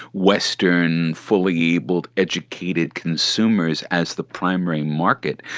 western, fully abled, educated consumers as the primary market,